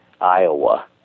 Iowa